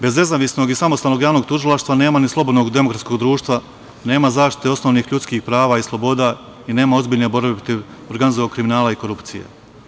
Bez nezavisnog i samostalnog Javnog tužilaštva nema ni slobodnog demokratskog društva, nema zaštite osnovnih ljudskih prava i sloboda i nema ozbiljne borbe protiv organizovanog kriminala i korupcije.